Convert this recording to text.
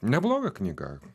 nebloga knyga